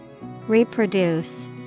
Reproduce